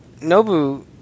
Nobu